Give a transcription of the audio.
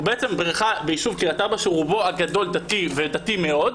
הוא בעצם בריכה ביישוב קריית ארבע שרובו הגדול דתי ודתי מאוד,